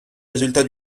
résultats